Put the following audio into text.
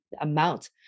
amount